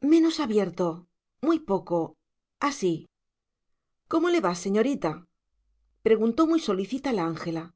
menos abierto muy poco así cómo le va señorita preguntó muy solícita la ángela